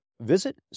Visit